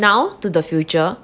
now to the future